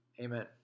Amen